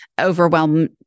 overwhelm